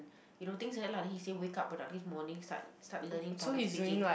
you know things like that lah then he say wake up but morning start start learning public speaking